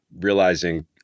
realizing